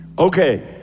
Okay